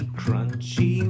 crunchy